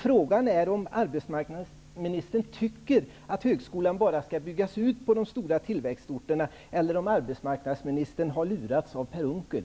Frågan är om arbetsmarknadsmininstern tycker att högskolan bara skall byggas ut på de stora tillväxtorterna eller om arbetsmarknadsministern har lurats av Per Unckel.